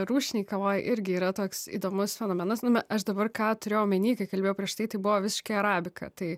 rūšinėj kavoj irgi yra toks įdomus fenomenas aš dabar ką turėjau omeny kai kalbėjau prieš tai tai buvo visiškai arabika tai